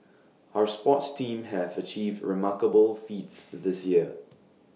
our sports teams have achieved remarkable feats the this year